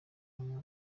uba